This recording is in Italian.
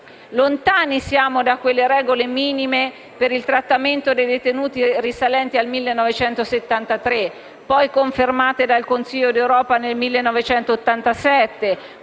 lontani dalle regole minime per il trattamento dei detenuti risalenti al 1973, poi confermate dal Consiglio d'Europa nel 1987,